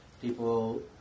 People